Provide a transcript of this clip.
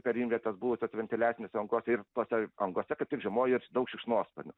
perimvietės buvusios ventiliacinėse angose ir tose angose kaip tik žiemojo ir daug šikšnosparnių